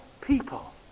people